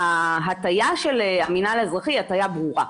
ההטיה של המינהל האזרחי, היא הטיה ברורה.